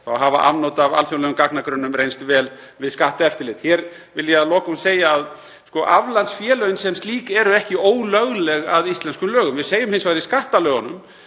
Þá hafa afnot af alþjóðlegum gagnagrunnum reynst vel við skatteftirlit. Að lokum vil ég segja að aflandsfélögin sem slík eru ekki ólögleg að íslenskum lögum. Við segjum hins vegar í skattalögunum